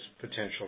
potential